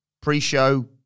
Pre-show